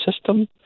system